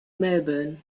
melbourne